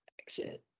exit